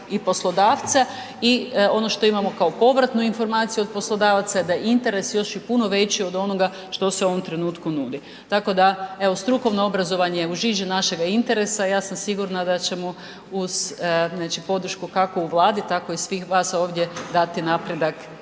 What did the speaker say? i poslodavca i ono što imamo kao povratnu informaciju od poslodavaca je da je interes još i puno veći od onoga što se u ovom trenutku nudi, tako da evo strukovno obrazovanje je u žiži našega interesa, ja sam sigurna da ćemo uz znači podršku kako u Vladi, tako i svih vas ovdje dati napredak